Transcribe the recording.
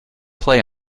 play